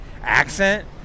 accent